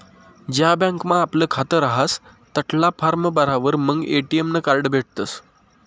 ज्या बँकमा आपलं खातं रहास तठला फार्म भरावर मंग ए.टी.एम नं कार्ड भेटसं